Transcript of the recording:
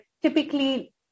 typically